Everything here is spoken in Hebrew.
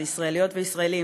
זה ישראליות וישראלים,